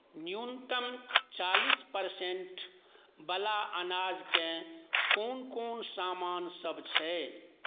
न्यूनतम चालिस परसेन्टवला अनाजके कोन कोन सामानसभ छै